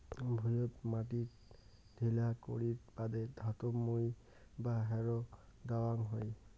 ভুঁইয়ত মাটি ঢিলা করির বাদে ধাতব মই বা হ্যারো দ্যাওয়াং হই